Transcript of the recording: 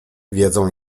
wiedzą